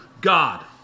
God